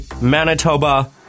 Manitoba